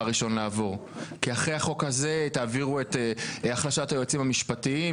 לעבור כי אחרי החוק הזה תעבירו את החלשת היועצים המשפטיים,